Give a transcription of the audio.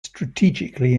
strategically